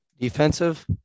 Defensive